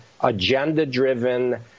agenda-driven